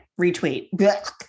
retweet